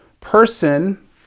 Person